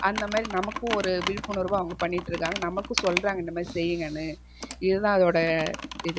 அந்தமாரி நமக்கும் ஒரு விழிப்புணர்வை அவங்க பண்ணிகிட்டு இருக்காங்க நமக்கும் சொல்கிறாங்க இந்தமாதிரி செய்யுங்கன்னு இதுதான் அதோட இது